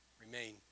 remain